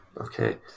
Okay